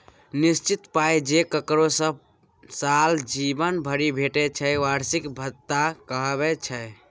निश्चित पाइ जे ककरो सब साल जीबन भरि भेटय छै बार्षिक भत्ता कहाबै छै